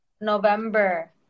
November